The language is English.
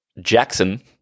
Jackson